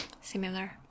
similar